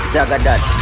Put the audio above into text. Zagadat